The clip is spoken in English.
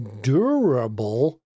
durable